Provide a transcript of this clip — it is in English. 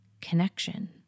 connection